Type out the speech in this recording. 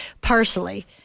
parsley